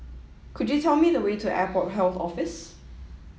could you tell me the way to Airport Health Office